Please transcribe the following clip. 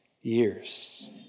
years